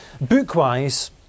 Book-wise